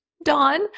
dawn